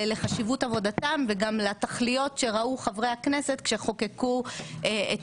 לחשיבות עבודתם וגם לתכליות שראו חברי הכנסת כשחוקקו את